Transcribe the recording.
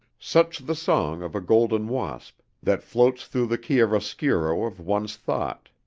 such the song of a golden wasp that floats through the chiaroscuro of one's thought.